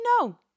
No